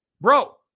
bro